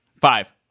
Five